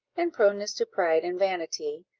and proneness to pride and vanity,